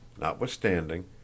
notwithstanding